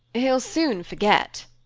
he'll soon forget,